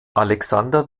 alexander